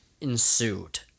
ensued